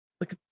look